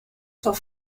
zur